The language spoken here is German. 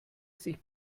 sich